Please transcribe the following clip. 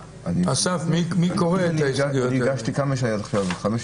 עוד לא הספיק להתיישב חבר הכנסת רוטמן,